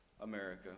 America